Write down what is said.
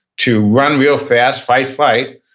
to run real fast, fight-flight,